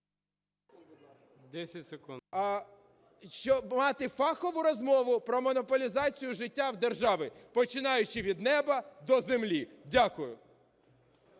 О.О. Щоб мати фахову розмову про монополізацію життя в державі, починаючи від неба до землі. Дякую.